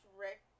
Rick